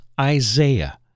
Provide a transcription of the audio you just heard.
Isaiah